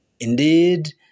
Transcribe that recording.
Indeed